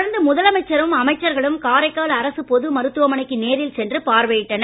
தொடர்ந்து முதலமைச்சரும் அமைச்சர்களும் காரைக்கால் அரசுப் பொது மருத்துவமனைக்கு நேரில் பார்வையிட்டனர்